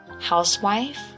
housewife